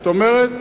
זאת אומרת,